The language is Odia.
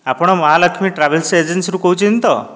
ଆପଣ ମହାଲକ୍ଷ୍ମୀ ଟ୍ରାଭେଲର୍ସ ଏଜେନ୍ସିରୁ କହୁଛନ୍ତି ତ